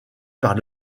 par